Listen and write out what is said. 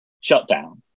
shutdown